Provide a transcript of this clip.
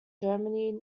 germany